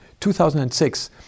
2006